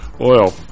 Oil